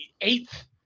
eighth